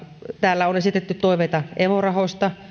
täällä on esitetty toiveita evo rahoista